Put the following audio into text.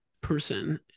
person